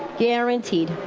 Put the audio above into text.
guaranteed.